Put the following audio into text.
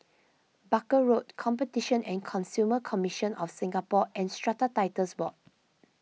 Barker Road Competition and Consumer Commission of Singapore and Strata Titles Board